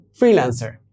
freelancer